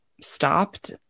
stopped